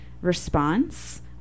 response